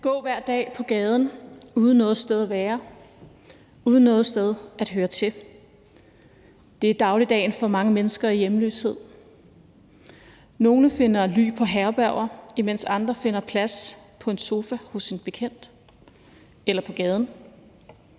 gå hver dag på gaden uden noget sted at være, uden noget sted at høre til er dagligdagen for mange mennesker i hjemløshed. Nogle finder ly på herberger, imens andre finder plads på en sofa hos en bekendt eller på gaden.